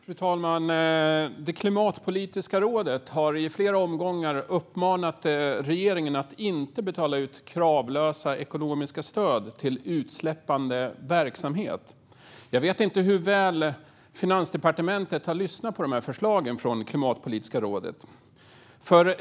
Fru talman! Det klimatpolitiska rådet har i flera omgångar uppmanat regeringen att inte betala ut kravlösa ekonomiska stöd till utsläppande verksamhet. Jag vet inte hur väl Finansdepartementet har lyssnat på det klimatpolitiska rådet.